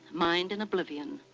mind in oblivion,